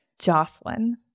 Jocelyn